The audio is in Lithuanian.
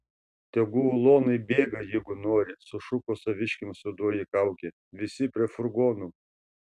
tegu ulonai bėga jeigu nori sušuko saviškiams juodoji kaukė visi prie furgonų